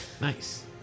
Nice